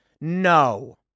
no